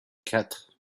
quatre